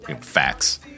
Facts